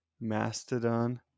Mastodon